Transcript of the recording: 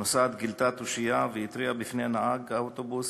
הנוסעת גילתה תושייה והתריעה בפני נהג האוטובוס